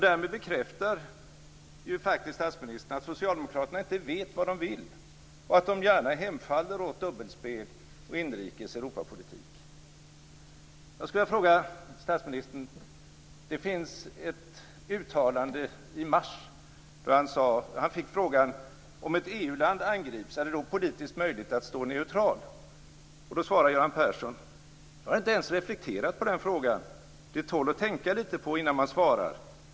Därmed bekräftar faktiskt statsministern att socialdemokraterna inte vet vad de vill och att de gärna hemfaller åt dubbelspel och inrikes Europapolitik. Det finns ett uttalande från i mars. Han fick frågan: Om ett EU-land angrips, är det då politiskt möjligt att stå neutral? Då svarar Göran Persson: Jag har inte ens reflekterat på den frågan. Det tål att tänkas lite på innan man svarar.